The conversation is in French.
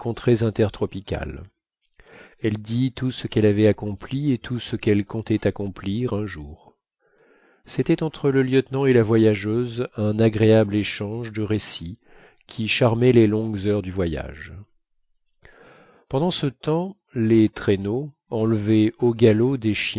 contrées intertropicales elle dit tout ce qu'elle avait accompli et tout ce qu'elle comptait accomplir un jour c'était entre le lieutenant et la voyageuse un agréable échange de récits qui charmait les longues heures du voyage pendant ce temps les traîneaux enlevés au galop